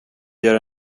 göra